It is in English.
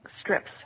strips